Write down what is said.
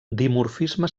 dimorfisme